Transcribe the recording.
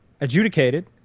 adjudicated